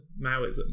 Maoism